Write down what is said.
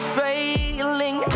failing